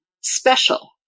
special